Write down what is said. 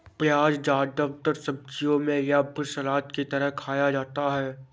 प्याज़ ज्यादातर सब्जियों में या फिर सलाद की तरह खाया जाता है